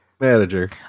manager